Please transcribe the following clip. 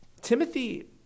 Timothy